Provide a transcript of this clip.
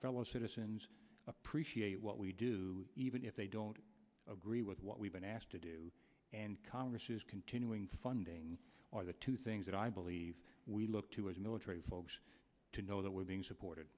fellow citizens appreciate what we do even if they don't agree with what we've been asked to do and congress is continuing funding for the two things that i believe we look to as military folks to know that we're being supported